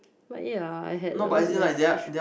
but ya I had a lot less fish